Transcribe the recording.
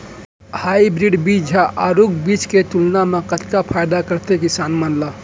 Hybrid बीज हा आरूग बीज के तुलना मा कतेक फायदा कराथे किसान मन ला?